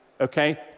okay